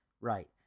right